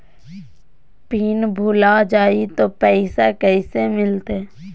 Pin भूला जाई तो पैसा कैसे मिलते?